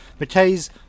McKay's